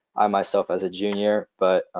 i myself, as a junior. but